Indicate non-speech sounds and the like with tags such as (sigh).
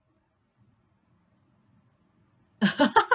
(laughs)